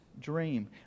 dream